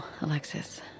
Alexis